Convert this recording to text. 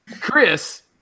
Chris